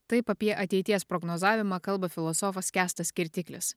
taip apie ateities prognozavimą kalba filosofas kęstas kirtiklis